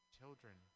children